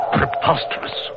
Preposterous